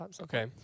Okay